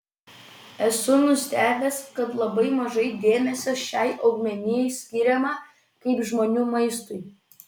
esu nustebęs kad labai mažai dėmesio šiai augmenijai skiriama kaip žmonių maistui